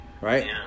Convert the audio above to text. Right